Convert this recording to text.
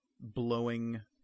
blowing